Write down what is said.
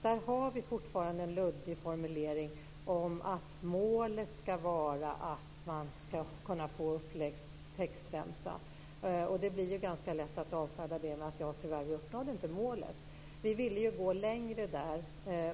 Där har vi fortfarande en luddig formulering om att målet ska vara att man ska kunna få en textremsa uppläst. Det är ganska lätt att avfärda det och säga: Tyvärr, vi uppnådde inte målet. Vi kristdemokrater ville gå längre.